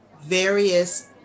various